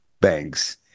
banks